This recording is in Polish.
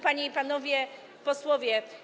Panie i Panowie Posłowie!